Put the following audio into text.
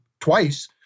twice